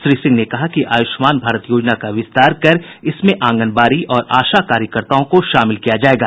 श्री सिंह ने कहा कि आयुष्मान भारत योजना का विस्तार कर इसमें आंगनवाड़ी और आशा कार्यकर्ताओं को शामिल किया जाएगा